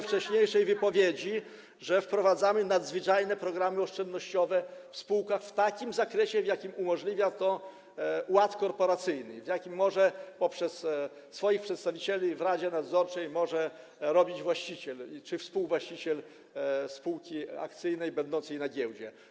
wcześniejszym wystąpieniu - że wprowadzamy nadzwyczajne programy oszczędnościowe w spółkach w takich zakresie, w jakim umożliwia to ład korporacyjny i w jakim poprzez swoich przedstawicieli w radzie nadzorczej może to zrobić właściciel czy współwłaściciel spółki akcyjnej będącej na giełdzie.